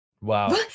Wow